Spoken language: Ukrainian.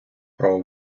про